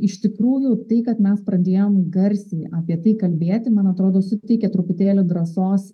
iš tikrųjų tai kad mes pradėjom garsiai apie tai kalbėti man atrodo suteikė truputėlį drąsos